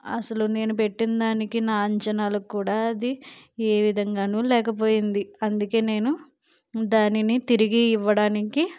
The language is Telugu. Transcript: అసలు నేను పెట్టిన దానికి నా అంచనాలకు కూడా అది ఏ విధము గాను లేకపోయింది అందుకే నేను దానిని తిరిగి ఇవ్వడానికి